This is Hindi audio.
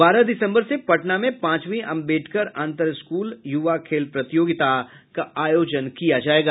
बारह दिसम्बर से पटना में पांचवा अम्बेडकर अन्तर स्कूल युवा खेल प्रतियोगिता का आयोजन किया जायेगा